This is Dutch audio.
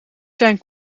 zijn